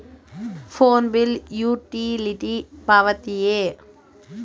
Phone bill utility ಪಾವತಿಯೇ?